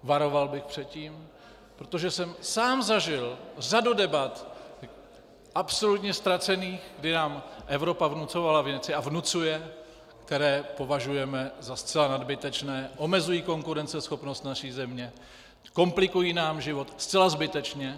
Varoval bych před tím, protože jsem sám zažil řadu debat absolutně ztracených, kdy nám Evropa vnucovala a vnucuje věci, které považujeme za zcela nadbytečné, omezují konkurenceschopnost naší země, komplikují nám život zcela zbytečně.